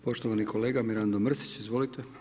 Poštovani kolega Mirando Mrsić, izvolite.